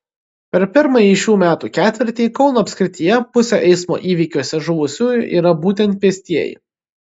per pirmąjį šių metų ketvirtį kauno apskrityje pusė eismo įvykiuose žuvusiųjų yra būtent pėstieji